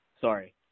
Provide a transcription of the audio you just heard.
Sorry